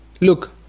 look